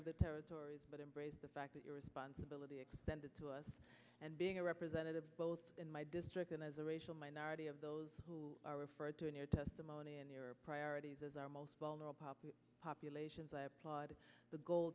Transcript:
of the territories but embrace the fact that your responsibility extended to us and being a representative both in my district and as a racial minority of those who are referred to in your testimony and your priorities as our most vulnerable populations i applaud the goal